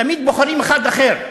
תמיד בוחרים אחד אחר.